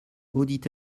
audit